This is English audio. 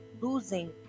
losing